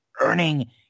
earning